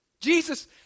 Jesus